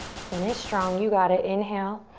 finish strong. you got it. inhale.